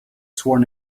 sworn